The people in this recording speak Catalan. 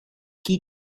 qui